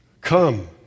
come